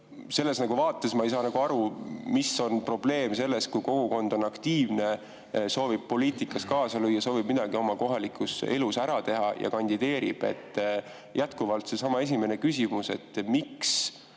Selles vaates ma ei saa aru, mis probleem on selles, kui kogukond on aktiivne, soovib poliitikas kaasa lüüa, soovib midagi oma kohalikus elus ära teha ja kandideerib. Jätkuvalt seesama küsimus: miks